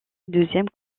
deuxième